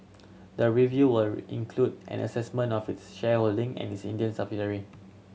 the review will include an assessment of its shareholding in its Indian subsidiary